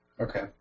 Okay